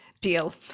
Deal